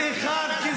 חבר הכנסת שירי.